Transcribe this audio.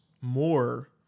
more